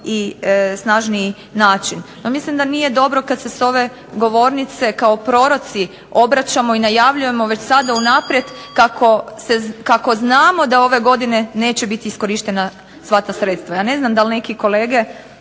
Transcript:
i snažniji način. No, mislim da nije dobro kad se s ove govornice kao proroci obraćamo i najavljujemo već sada unaprijed kako znamo da ove godine neće biti iskorištena sva ta sredstva. Ja ne znam da li neke kolege